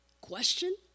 question